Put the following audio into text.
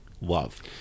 love